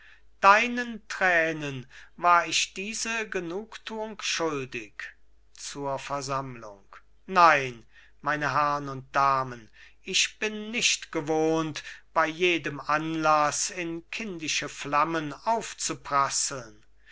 deinen tränen war ich diese genugtuung schuldig zur versammlung nein meine herrn und damen ich bin nicht gewohnt bei jedem anlaß in kindische flammen aufzuprasseln